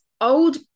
old